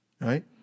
Right